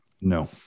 No